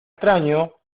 extraño